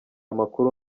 makuru